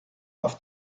auf